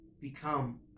become